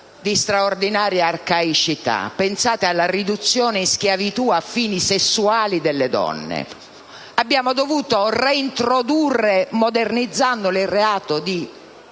di straordinaria arcaicità: pensate alla riduzione in schiavitù, a fini sessuali, delle donne (abbiamo dovuto reintrodurre, modernizzandolo, il reato di